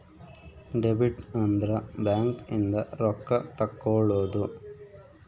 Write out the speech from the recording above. debit ಅಂದ್ರ bank ಇಂದ ರೊಕ್ಕ ತೆಕ್ಕೊಳೊದು